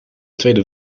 tweede